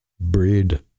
breed